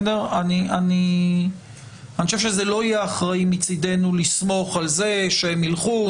אני חושב שזה לא יהיה אחראי מצידנו לסמוך על זה שהם ילכו,